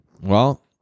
Well-